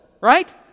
right